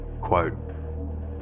quote